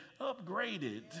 upgraded